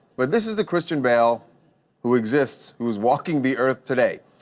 but this is the christian bale who exists who is talking the earth today.